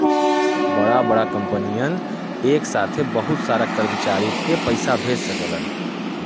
बड़ा बड़ा कंपनियन एक साथे बहुत सारा कर्मचारी के पइसा भेज सकलन